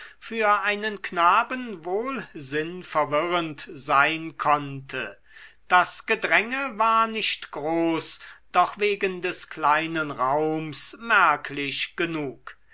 für einen knaben wohl sinnverwirrend sein konnte das gedränge war nicht groß doch wegen des kleinen raums merklich genug